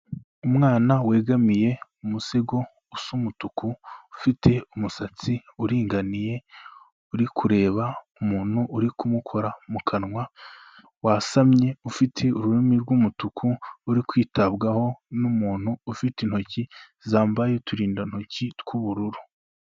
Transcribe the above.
Umwana wegamiye umusego usa umutuku, ufite umusatsi uringaniye, uri kureba umuntu uri kumukora mu kanwa, wasamye ufite ururimi rw'umutuku, uri kwitabwaho n'umuntu ufite intoki zambaye uturindantoki tw'ubururu.